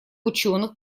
учёных